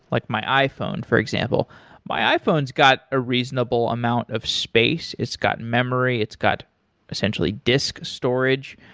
like my iphone for example my iphone's got a reasonable amount of space, it's got memory, it's got essentially disk storage.